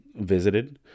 visited